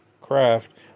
craft